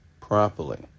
properly